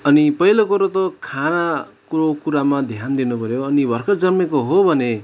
अनि पहिलो कुरा त खानाको कुरामा ध्यान दिनुपऱ्यो अनि भर्खर जन्मेको हो भने